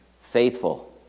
faithful